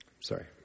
sorry